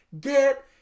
get